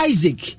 Isaac